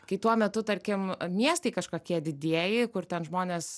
kai tuo metu tarkim miestai kažkokie didieji kur ten žmonės